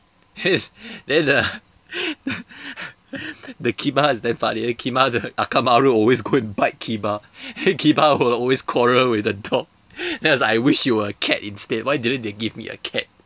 then the the kiba is damn funny kiba the akamaru always go and bite kiba kiba always quarrel with the dog then I was like I wish you were a cat instead why didn't they give me a cat